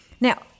Now